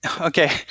Okay